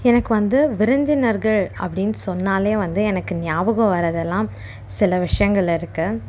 எனக்கு வந்து விருந்தினர்கள் அப்படின் சொன்னாலே வந்து எனக்கு ஞாபகம் வரதெல்லாம் சில விஷயங்கள் இருக்குது